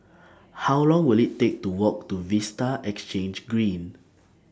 How Long Will IT Take to Walk to Vista Exhange Green